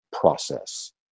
process